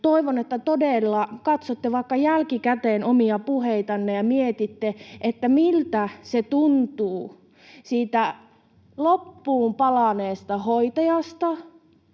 Toivon, että todella katsotte vaikka jälkikäteen omia puheitanne ja mietitte, miltä se tuntuu siitä loppuun palaneesta hoitajasta,